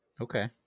Okay